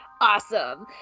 Awesome